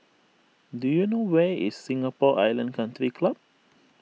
do you know where is Singapore Island Country Club